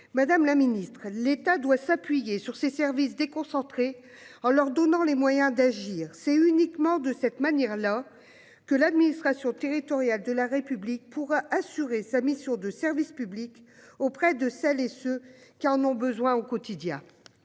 madame la Ministre, l'État doit s'appuyer sur ses services déconcentrés en leur donnant les moyens d'agir, c'est uniquement de cette manière-là que l'administration territoriale de la République pour assurer sa mission de service public auprès de celles et ceux qui en ont besoin au quotidien.